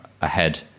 ahead